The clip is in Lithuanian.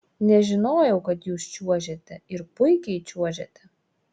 nežinojau kad jūs čiuožiate ir puikiai čiuožiate